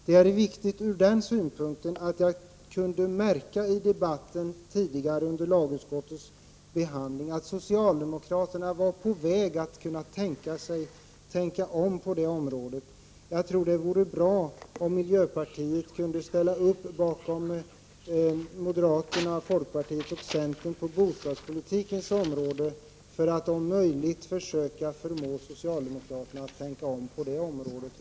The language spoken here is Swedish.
Det är viktigt från den synpunkten att jag under behandlingen av ärendet från lagutskottet kunde märka att socialdemokraterna kunde tänka sig att tänka om på den punkten. Jag tror det vore bra om miljöpartiet kunde ställa upp bakom moderaterna, folkpartiet och centern på bostadspolitikens område, för att om möjligt försöka förmå socialdemokraterna att tänka om där.